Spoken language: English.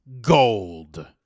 Gold